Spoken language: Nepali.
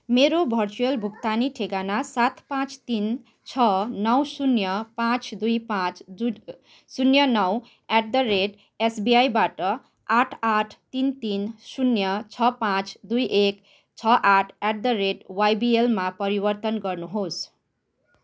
मेरो भर्चुअल भुक्तानी ठेगाना सात पाँच तिन छ नौ शुन्य पाँच दुई पाँच जुट् शुन्य नौ एट द रेट एसबिआईबाट आठ आठ तिन तिन शुन्य छ पाँच दुई एक छ आठ एट द रेट वाइबिएलमा परिवर्तन गर्नुहोस्